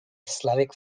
slavic